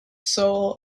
soul